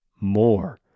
more